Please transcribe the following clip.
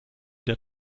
der